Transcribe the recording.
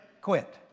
quit